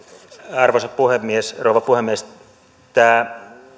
arvoisa rouva puhemies tässä tuli nyt tämä